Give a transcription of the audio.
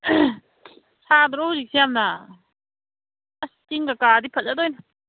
ꯁꯥꯗ꯭ꯔꯣ ꯍꯧꯖꯤꯛꯁꯦ ꯌꯥꯝꯅ ꯑꯁ ꯆꯤꯡꯒ ꯀꯥꯔꯗꯤ ꯐꯖꯗꯣꯏꯅꯤ